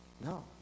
No